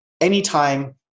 anytime